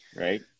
right